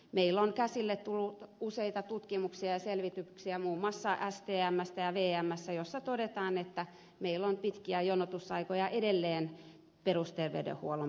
meille on tullut käsille muun muassa stmstä ja vmstä useita tutkimuksia ja selvityksiä joissa todetaan että meillä on pitkiä jonotusaikoja edelleen perusterveydenhuollon puolelle